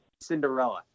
Cinderella